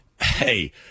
Hey